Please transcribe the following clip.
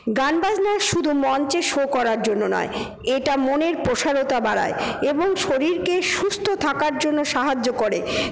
গানবাজনা শুধু মঞ্চে শো করার জন্য নয় এটা মনের প্রসারতা বাড়ায় এবং শরীরকে সুস্থ থাকার জন্য সাহায্য করে